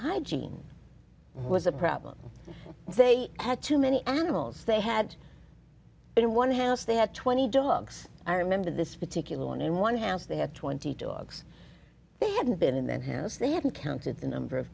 hygiene was a problem they had too many animals they had in one house they had twenty dogs i remember this particular one in one house they had twenty two dogs they hadn't been in then house they hadn't counted the number of